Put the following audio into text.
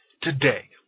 today